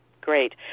Great